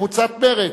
של קבוצת קדימה,